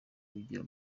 bigira